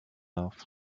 off